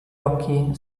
occhi